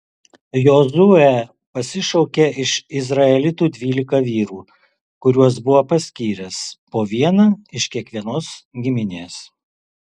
jozuė pasišaukė iš izraelitų dvylika vyrų kuriuos buvo paskyręs po vieną iš kiekvienos giminės